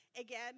again